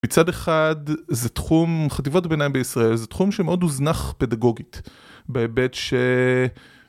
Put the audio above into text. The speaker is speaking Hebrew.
מצד אחד זה תחום חטיבות ביניים בישראל זה תחום שמאוד הוזנח פדגוגית בהיבט ש...